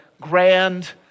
grand